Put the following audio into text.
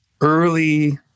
early